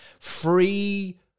free